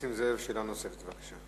חבר הכנסת נסים זאב, שאלה נוספת, בבקשה.